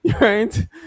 right